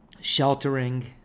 sheltering